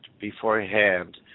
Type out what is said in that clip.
beforehand